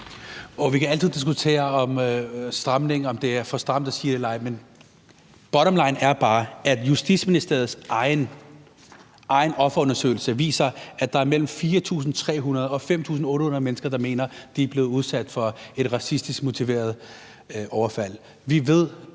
Vi kan altid diskutere formuleringerne, altså om det er for stramt at sige det eller ej, men bottomline er bare, at Justitsministeriets egen offerundersøgelse viser, at der er mellem 4.300 og 5.800 mennesker, der mener, at de er blevet udsat for et racistisk motiveret overfald,